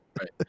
Right